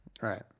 right